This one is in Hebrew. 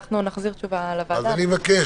אני מבקש,